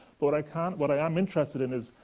but i can what i am interested in is,